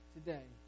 Today